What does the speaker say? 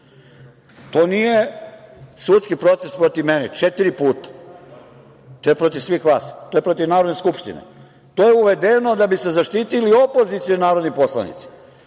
To nije sudski proces protiv mene, četiri puta, to je protiv svih vas, to je protiv Narodne skupštine. To je uvedeno da bi se zaštitili opozicioni narodni poslanici,